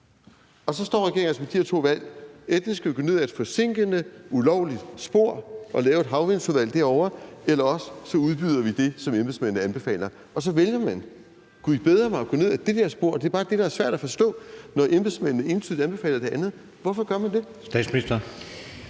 Og så står regeringen altså mellem de her to valg: Enten skal den gå ned ad et forsinkende ulovligt spor og lave et havvindsudvalg derovre, eller også udbyder vi det, som embedsmændene anbefaler. Så vælger man gud bedre mig at gå ned ad det der spor, og det er bare det, der er svært at forstå, når embedsmændene entydigt anbefaler det andet. Hvorfor gør man det? Kl.